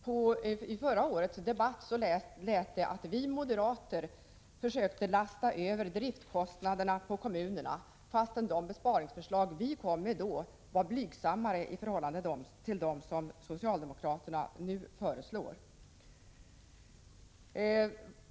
Vid förra årets debatt beskylldes vi för att, som det hette ”lasta över driftskostnader på kommunerna”, och ändå var de besparingar vi då föreslog blygsammare än dem socialdemokraterna nu föreslår.